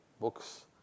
books